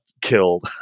killed